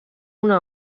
una